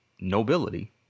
nobility